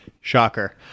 Shocker